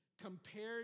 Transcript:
compared